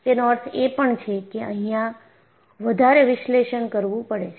તેનો અર્થ એ પણ છે કે અહિયાં વધારે વિશ્લેષણ કરવું પડે છે